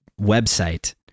website